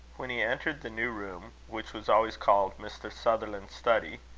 when he entered the new room, which was always called mr. sutherland's study,